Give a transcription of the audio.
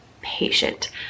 patient